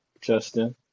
Justin